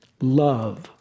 Love